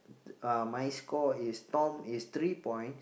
uh my score is Tom is three points